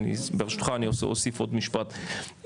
ברשותך אני אוסיף עוד משפט,